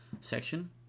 section